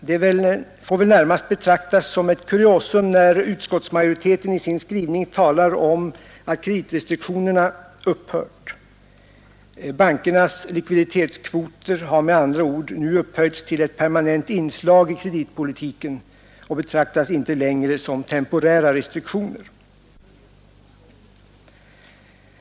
Det får väl närmast betraktas som ett kuriosum när utskottsmajoriteten i sin skrivning talar om att kreditrestriktionerna upphört. Bankernas likviditetskvoter har med andra ord nu upphöjts till ett permanent inslag i kreditpolitiken och betraktas inte längre som temporära restriktioner.